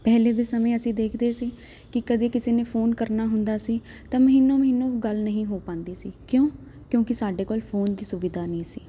ਪਹਿਲਾਂ ਦੇ ਸਮੇਂ ਅਸੀਂ ਦੇਖਦੇ ਸੀ ਕਿ ਕਦੇ ਕਿਸੇ ਨੇ ਫੋਨ ਕਰਨਾ ਹੁੰਦਾ ਸੀ ਤਾਂ ਮਹੀਨੇ ਮਹੀਨੇ ਗੱਲ ਨਹੀਂ ਹੋ ਪਾਉਂਦੀ ਸੀ ਕਿਉਂ ਕਿਉਂਕਿ ਸਾਡੇ ਕੋਲ ਫੋਨ ਦੀ ਸੁਵਿਧਾ ਨਹੀਂ ਸੀ